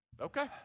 Okay